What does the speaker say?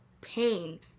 pain